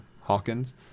Hawkins